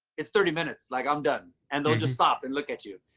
it's thirty minutes, like i'm done. and they'll just stop and look at you.